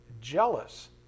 jealous